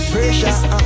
Pressure